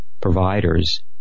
providers